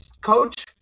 coach